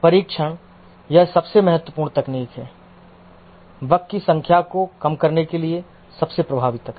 परीक्षण यह सबसे महत्वपूर्ण तकनीक है बग की संख्या को कम करने के लिए सबसे प्रभावी तकनीक